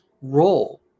role